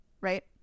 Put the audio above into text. right